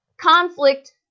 conflict